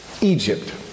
Egypt